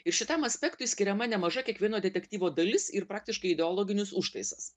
ir šitam aspektui skiriama nemaža kiekvieno detektyvo dalis ir praktiškai ideologinis užtaisas